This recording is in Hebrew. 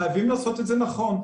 חייבים לעשות את זה נכון.